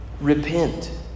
repent